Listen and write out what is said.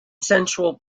sensual